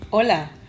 Hola